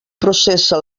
processa